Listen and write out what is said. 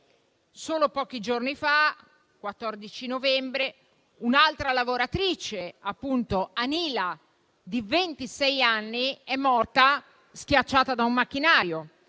solo pochi giorni fa, il 14 novembre, un’altra lavoratrice, Anila, di ventisei anni, è morta schiacciata da un macchinario.